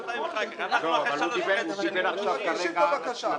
אבל כרגע הוא דיבר על שנתיים.